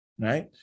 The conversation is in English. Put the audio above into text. right